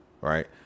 right